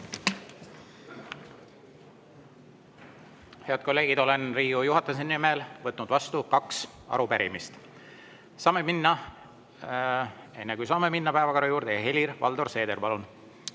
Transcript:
Head kolleegid, olen Riigikogu juhatuse nimel võtnud vastu kaks arupärimist. Saame minna … Enne, kui saame minna päevakorra juurde, Helir-Valdor Seeder, palun!